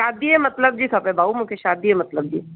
शादीअ मतिलब जी खपे भाऊं मूंखे शादीअ मतिलब जी